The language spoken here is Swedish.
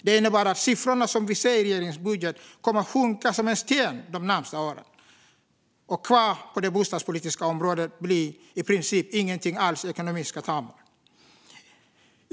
Detta innebär att de siffror vi ser i regeringens budget kommer att sjunka som en sten de närmaste åren. Kvar på det bostadspolitiska området blir i princip ingenting alls i ekonomiska termer.